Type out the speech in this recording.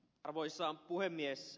arvoisa puhemies